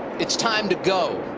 it's time to go.